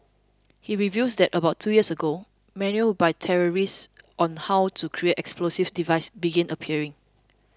he reveals that about two years ago manuals by terrorists on how to create explosive devices began appearing